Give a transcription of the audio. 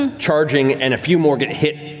and charging, and a few more get hit.